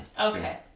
Okay